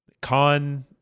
con